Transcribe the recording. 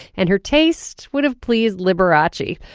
and her taste would have pleased liberace.